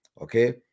okay